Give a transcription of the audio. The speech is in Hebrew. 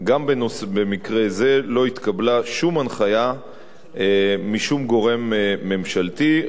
גם במקרה זה לא התקבלה שום הנחיה משום גורם ממשלתי.